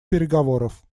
переговоров